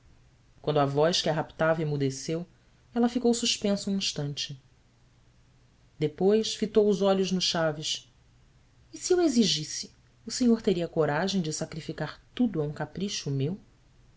quando a voz que a raptava emudeceu ela ficou suspensa um instante depois fitou os olhos no haves se eu exigisse o senhor teria a coragem de sacrificar tudo a um capricho meu